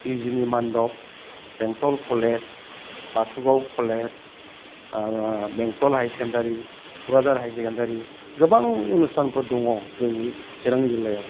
बिजनि बान्द'ब Bengtol college Basugaon college Bengtol high secondary Thuklajhar high secondary गोबां अनुस्थानफोर दङ जोंनि सिरां जिल्लायाव